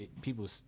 people